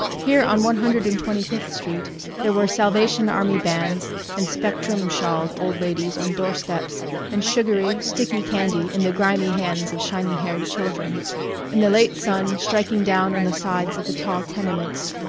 here on one hundred and twenty-fifth street there were salvation army bands and spectrum-shawled old ladies on door-steps and sugary, sticky candy in the grimy hands of shiny-haired children and the late sun striking down on the sides of the tall tenements.